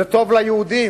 זה טוב ליהודים.